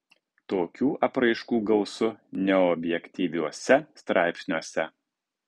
tokių apraiškų gausu neobjektyviuose straipsniuose